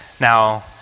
Now